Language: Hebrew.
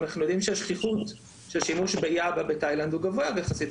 אנחנו יודעים שהשכיחות של השימוש ביאבה בתאילנד הוא גבוה יחסית,